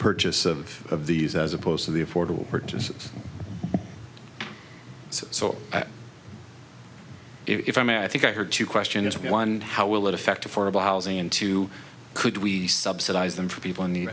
purchase of these as opposed to the affordable purchases so if i may i think i'm here to question just one how will it affect affordable housing into could we subsidize them for people in